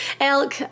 elk